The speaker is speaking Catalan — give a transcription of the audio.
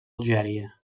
algèria